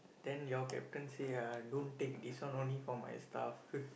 then your captain say uh don't take this one only for my staff